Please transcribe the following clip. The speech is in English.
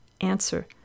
Answer